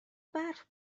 برف